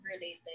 related